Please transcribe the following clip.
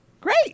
Great